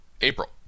April